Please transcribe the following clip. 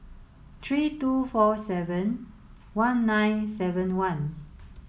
three two four seven one nine seven one